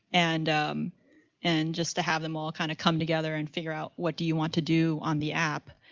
and and just to have them all kind of come together and figure out what do you want to do on the app